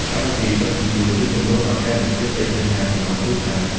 កម្មវិធីដឹកជញ្ជូន ជួយសម្រួលដល់ការបញ្ជាទិញអាហារសម្រាប់គ្រួសារ។